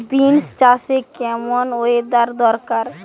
Beans চাষে কেমন weather দরকার?